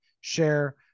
Share